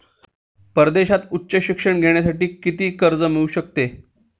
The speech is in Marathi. परदेशात उच्च शिक्षण घेण्यासाठी किती कर्ज मिळू शकते?